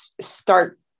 start